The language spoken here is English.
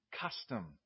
custom